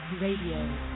Radio